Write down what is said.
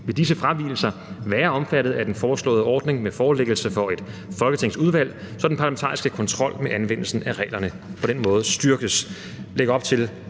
vil disse fravigelser være omfattet af den foreslåede ordning med forelæggelse for et folketingsudvalg, så den parlamentariske kontrol med anvendelsen af reglerne på den måde styrkes.